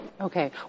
Okay